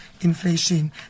inflation